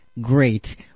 great